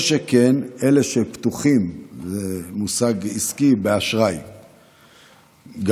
כל שכן אלה שפתוחים, זה מושג עסקי באשראי גבוה,